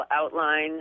outline